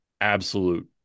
absolute